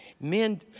Men